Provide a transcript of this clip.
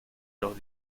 los